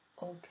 Okay